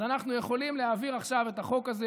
אנחנו יכולים להעביר עכשיו את החוק הזה.